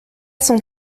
cent